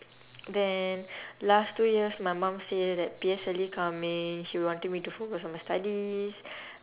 then last two years my mum say that P_S_L_E coming she wanted me to focus on my studies